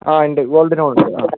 അ ഉണ്ട് gold loan ഉണ്ട് അതെ